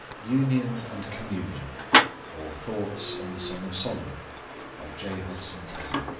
union and communion or thoughts on the song of solomon by j. hudson taylor,